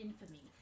infamy